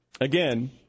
Again